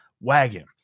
wagon